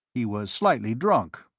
he was slightly drunk.